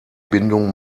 bindung